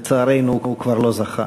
לצערנו, הוא כבר לא זכה.